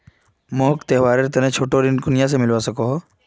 मोक त्योहारेर तने छोटा ऋण कुनियाँ से मिलवा सको हो?